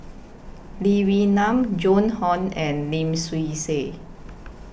Lee Wee Nam Joan Hon and Lim Swee Say